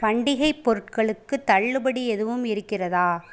பண்டிகைப் பொருட்களுக்குத் தள்ளுபடி எதுவும் இருக்கிறதா